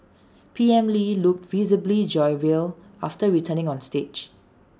P M lee looked visibly jovial after returning on stage